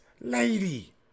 lady